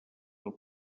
del